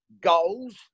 goals